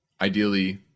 ideally